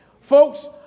folks